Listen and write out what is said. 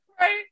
Right